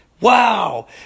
Wow